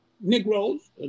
Negroes